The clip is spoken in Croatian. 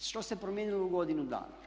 Što se promijenilo u godinu dana?